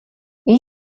энэ